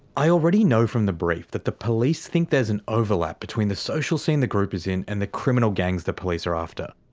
i already know from the brief that the police think there's an overlap between the social scene the group is in and the criminal gangs the police are after.